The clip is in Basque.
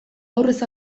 aurrez